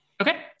Okay